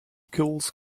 kills